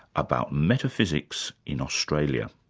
about metaphysics in australia.